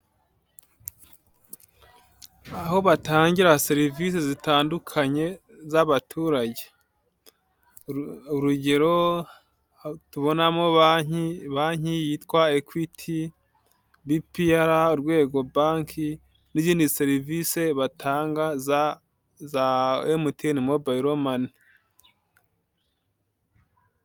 Aho batangira serivisi zitandukanye z'abaturage, urugero tubonamo Bank ,Bank yitwa equity ,BPR urwego Bank, n'izindi serivisi batanga za MTN Mobile Money .